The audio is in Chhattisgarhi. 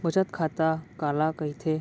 बचत खाता काला कहिथे?